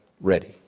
ready